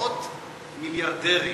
קצבאות מיליארדרים.